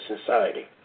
society